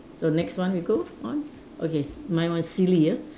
so next one we go on okay my one silly ah